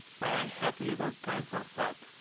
but i had little time for thought,